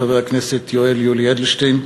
חבר הכנסת יולי יואל אדלשטיין,